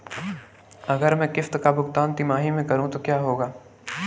अगर मैं किश्त का भुगतान तिमाही में करूं तो क्या होगा?